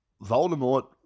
Voldemort